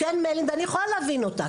אני יכולה להבין אותה,